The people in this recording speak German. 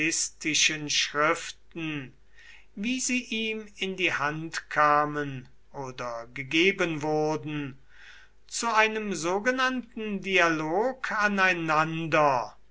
schriften wie sie ihm in die hand kamen oder gegeben wurden zu einem sogenannten dialog aneinander